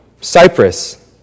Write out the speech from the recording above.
Cyprus